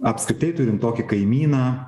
apskritai turint tokį kaimyną